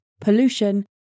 pollution